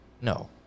No